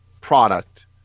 product